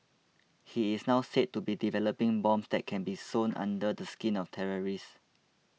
he is now said to be developing bombs that can be sewn under the skin of terrorists